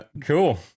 cool